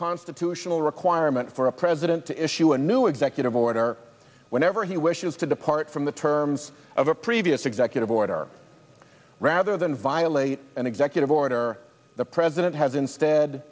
constitutional requirement for a president to issue a new executive order whenever he wishes to depart from the terms of a previous executive order rather than violate an executive order the president has instead